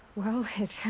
well, it.